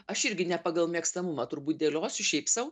aš irgi ne pagal mėgstamumą turbūt dėliosiu šiaip sau